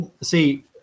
see